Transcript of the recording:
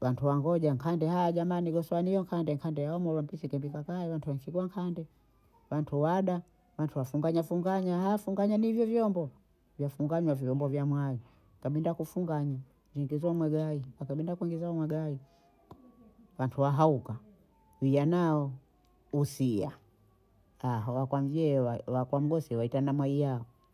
watu wangoja nkande haya jamani gosi wa niyo nkande nkande wamwe wa mpishi kemfika pale watu wanchukua nkande, wantu wada wantu wafunganya funganya, haya funganya ni hivyo vyombo, wafunganya vyombo vya mwayi, kabinda kufunganya viingizwa mwe gayi, kabinda kuingizwa mwe gayi, wantu wa hauka bwiya nao husia, haya wa kwa mvyee wa kwa mgosi waitana mwaiya